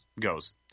goes